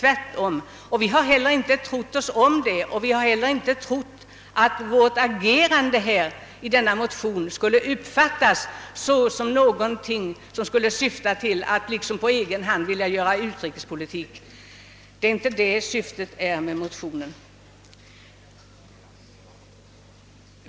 Vi har inte trott oss om det och vi har heller inte trott att vårt agerande som motionärer skulle uppfattas som om vi på egen hand ville göra utrikespolitik. Det är inte det som är syftet med motionen.